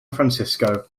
francisco